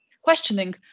questioning